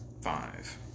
five